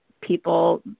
People